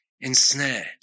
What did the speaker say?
ensnared